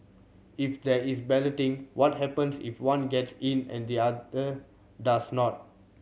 if there is balloting what happens if one gets in and the other does not